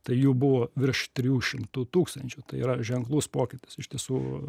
tai jų buvo virš trijų šimtų tūkstančių tai yra ženklus pokytis iš tiesų